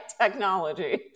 technology